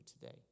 today